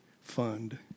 fund